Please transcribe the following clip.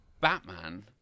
Batman